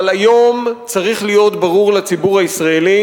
אבל היום צריך להיות ברור לציבור הישראלי